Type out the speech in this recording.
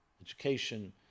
education